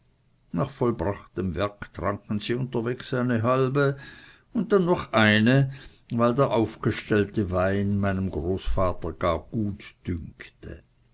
nach vollbrachtem werk tranken sie unterwegs eine halbe und dann noch eine weil der aufgestellte wein meinen großvater gar gut dünkte